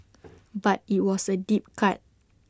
but IT was A deep cut